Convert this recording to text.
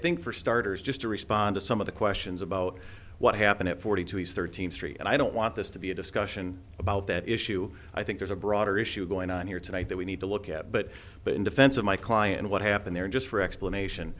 think for starters just to respond to some of the questions about what happened at forty two he's thirteenth street and i don't want this to be a discussion about that issue i think there's a broader issue going on here tonight that we need to look at but but in defense of my client what happened there just for explanation